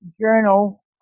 journal